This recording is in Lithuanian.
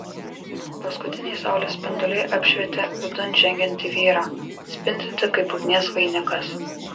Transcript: paskutiniai saulės spinduliai apšvietė vidun žengiantį vyrą spindintį kaip ugnies vainikas